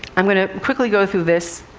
i'm going to quickly go through this.